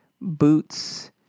boots